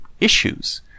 issues